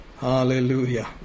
hallelujah